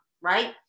right